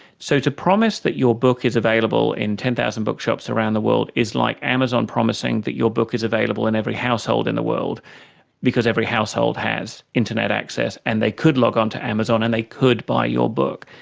so to promise that your book is available in ten thousand bookshops around the world is like amazon promising that your book is available in every household in the world because every household has internet access, and they could log on to amazon, and they could buy your book.